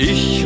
Ich